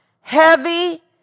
heavy